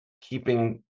keeping